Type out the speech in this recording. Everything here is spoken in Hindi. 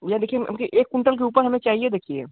भैया देखिए हम के एक कुंटल के ऊपर हमें चाहिए देखिए